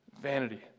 vanity